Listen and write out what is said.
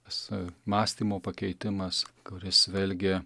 tas mąstymo pakeitimas kuris vėlgi